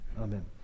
Amen